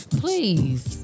please